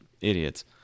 idiots